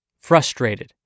frustrated